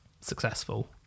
successful